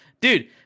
dude